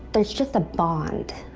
there's just a bond.